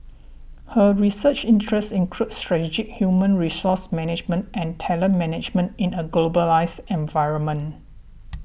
her research interests include strategic human resource management and talent management in a globalised environment